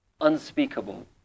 unspeakable